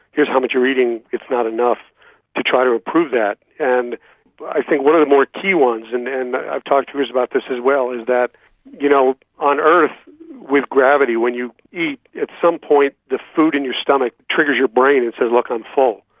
here is how much you're eating, it's not enough to try to improve that. and i think one of the more key ones, and and i've talked to crews about this as well, is that you know on earth with gravity when you eat, at some point the food in your stomach triggers your brain and says, look, i'm a full.